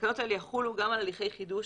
התקנות האלה יחולו על גם הליכי חידוש